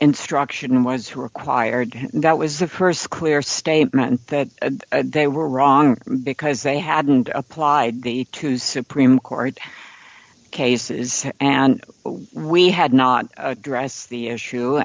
instruction was who required that was the st clear statement that they were wrong because they hadn't applied the two supreme court cases and we had not address the issue